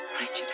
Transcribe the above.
Richard